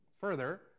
further